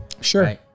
sure